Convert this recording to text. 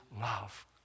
love